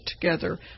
together